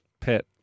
pet